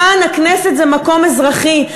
כאן, הכנסת, זה מקום אזרחי.